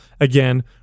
again